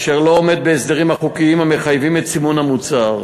אשר לא עומד בהסדרים החוקיים המחייבים את סימון המוצר.